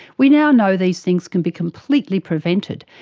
we now know these things can be completely prevented,